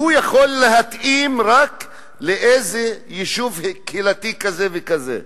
שהוא יכול להתאים רק ליישוב קהילתי כזה וכזה,